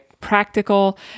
practical